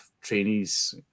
trainees